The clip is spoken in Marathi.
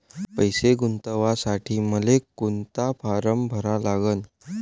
पैसे गुंतवासाठी मले कोंता फारम भरा लागन?